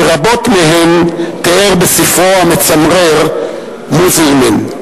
שרבות מהן תיאר בספרו המצמרר "מוזלמן".